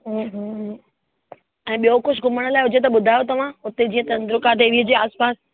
ऐं ॿियो कुझु घुमण लाइ हुजे त ॿुधायो तव्हां हुते जीअं चंद्रिका देवीअ जे आस पास